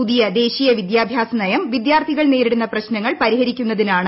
പുതിയ ദേശീയ വിദ്യാഭ്യാസ നയം വിദ്യാർത്ഥികൾ നേരിടുന്ന പ്രശ്നങ്ങൾ പരിഹരിക്കുന്നതാണ്